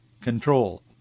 control